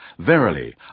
Verily